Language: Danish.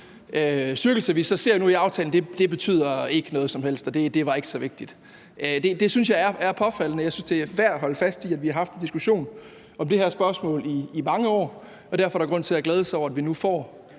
styrkelse, vi så ser nu med aftalen, ikke betyder noget som helst, og at det ikke var så vigtigt. Det synes jeg er påfaldende. Jeg synes, det er værd at holde fast i, at vi har haft en diskussion om det her spørgsmål i mange år, og derfor er der grund til at glæde sig over, at vi nu får